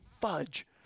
fudge